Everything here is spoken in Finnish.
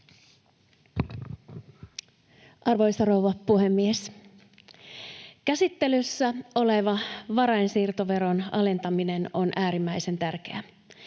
Arvoisa rouva puhemies! Käsittelyssä oleva varainsiirtoveron alentaminen on äärimmäisen tärkeä.